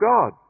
God